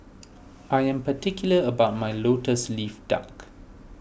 I am particular about my Lotus Leaf Duck